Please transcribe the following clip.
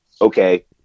okay